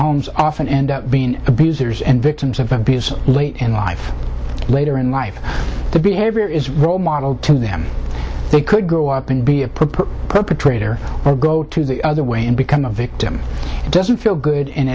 homes often end up being abusers and victims of abuse late in life later in life the behavior is role model to them they could grow up and be a proper perpetrator or go to the other way and become a victim doesn't feel good